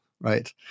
right